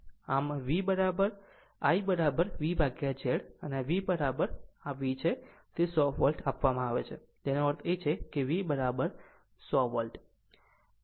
આમ I VZ આમ V જો તે V છે તો 100 વોલ્ટ આપવામાં આવે છે તેનો અર્થ થાય છે V 100 વોલ્ટ